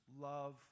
love